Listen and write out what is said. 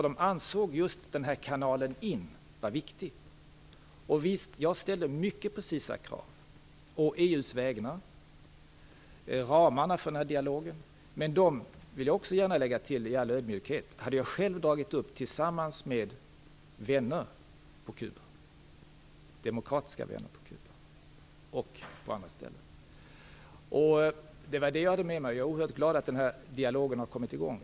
De ansåg att just den här kanalen in var viktig. Visst ställde jag mycket precisa krav å EU:s vägnar när det gällde ramarna för dialogen. Men dem, det vill jag också gärna lägga till i all ödmjukhet, hade jag själv dragit upp tillsammans med demokratiska vänner på Kuba och på andra ställen. Det var det jag hade med mig. Jag är oerhört glad åt att den här dialogen har kommit i gång.